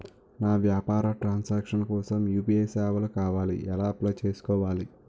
నా వ్యాపార transaction కోసం యు.పి.ఐ సేవలు కావాలి ఎలా అప్లయ్ చేసుకోవాలి?